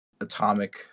atomic